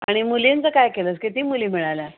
आणि मुलींचं काय केलंस किती मुली मिळाल्या